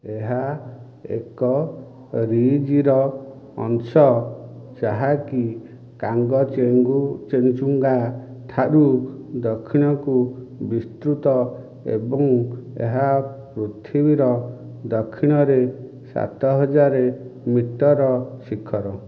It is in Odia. ଏହା ଏକ ରିଜ୍ର ଅଂଶ ଯାହାକି କାଙ୍ଗଚେଙ୍ଗୁଚେଞ୍ଜୁଙ୍ଗା ଠାରୁ ଦକ୍ଷିଣକୁ ବିସ୍ତୃତ ଏବଂ ଏହା ପୃଥିବୀର ଦକ୍ଷିଣରେ ସାତହଜାର ମିଟର ଶିଖର